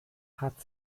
hat